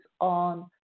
on